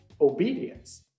obedience